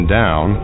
down